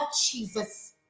Jesus